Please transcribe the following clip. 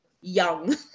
young